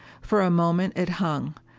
for a moment it hung,